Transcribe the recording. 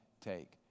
take